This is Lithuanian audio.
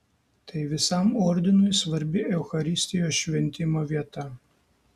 tai visam ordinui svarbi eucharistijos šventimo vieta